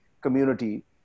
community